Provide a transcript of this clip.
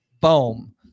boom